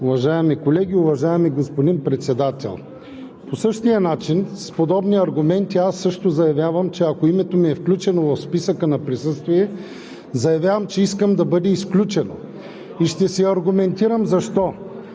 Уважаеми колеги, уважаеми господни Председател! По същия начин, с подобни аргументи аз също заявявам, че ако името ми е включено в списъка на присъствие, заявявам, че искам да бъде изключено. И ще се аргументирам защо.